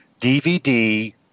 DVD